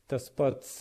tas pats